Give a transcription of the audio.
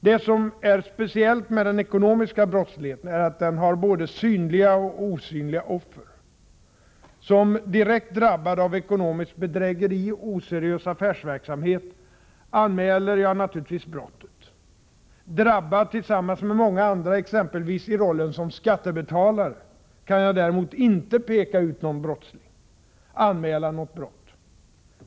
Det som är speciellt med den ekonomiska brottsligheten är att den har både synliga och osynliga offer. Som direkt drabbad av ekonomiskt bedrägeri och oseriös affärsverksamhet anmäler jag naturligtvis brottet. Drabbad tillsammans med många andra — exempelvis i rollen som skattebetalåre — kan jag däremot inte peka ut någon brottsling eller anmäla något brott.